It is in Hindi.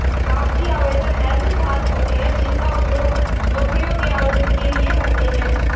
कागजी आवेदन ऐसे फॉर्म होते हैं जिनका उपयोग नौकरियों के आवेदन के लिए करते हैं